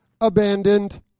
abandoned